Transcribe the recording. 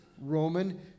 Roman